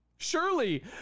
Surely